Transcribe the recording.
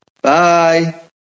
Bye